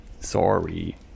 Sorry